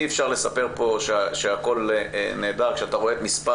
אי אפשר לספר פה שהכול נהדר כשאתה רואה את מספר